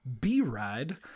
B-Ride